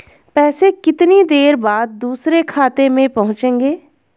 पैसे कितनी देर बाद दूसरे खाते में पहुंचेंगे?